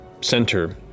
center